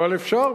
אבל אפשר,